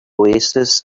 oasis